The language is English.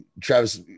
Travis